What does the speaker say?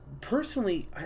Personally